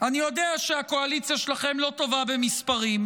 אני יודע שהקואליציה שלכם לא טובה במספרים.